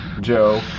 Joe